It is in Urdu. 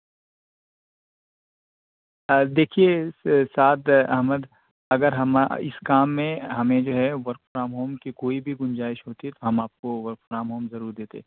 دیکھیے صاد احمد اگر ہم اس کام میں ہمیں جو ہے ورک فرام ہوم کی کوئی بھی گنجائش ہوتی ہے تو ہم آپ کو ورک فرام ہوم ضرور دیتے